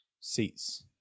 seats